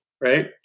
right